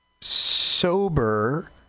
sober